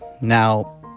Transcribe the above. Now